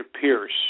Pierce